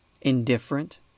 indifferent